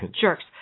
Jerks